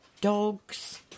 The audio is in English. dogs